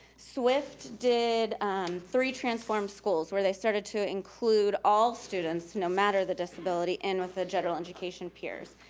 swift did three transformed schools where they started to include all students, no matter the disability in with the general education peers.